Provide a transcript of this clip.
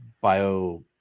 bio